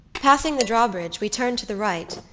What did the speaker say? passing the drawbridge we turn to the right,